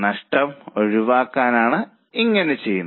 നഷ്ടം ഒഴിവാക്കാനായാണ് ഇത്